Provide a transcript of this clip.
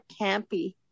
campy